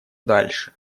дальше